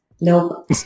No